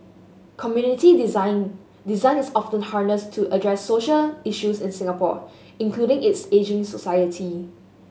community design Design is often harnessed to address social issues in Singapore including its ageing society